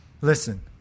Listen